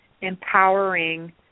empowering